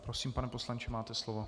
Prosím, pane poslanče, máte slovo.